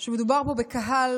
שמדובר פה בקהל